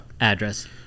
Address